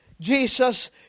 Jesus